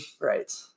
Right